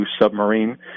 submarine